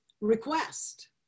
request